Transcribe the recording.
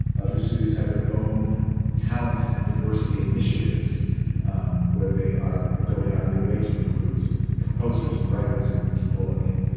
other studios have their own talent and diversity initiatives um where they are going out of their way to recruit composers and writers and people ah and,